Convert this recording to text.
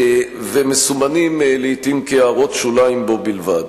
מסומנים לעתים כהערות שוליים בלבד.